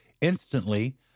instantly